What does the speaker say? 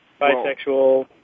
Bisexual